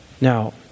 Now